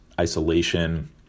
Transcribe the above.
isolation